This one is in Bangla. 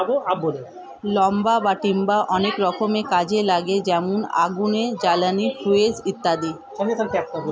লাম্বার বা টিম্বার অনেক রকমের কাজে লাগে যেমন আগুনের জ্বালানি, ফুয়েল ইত্যাদি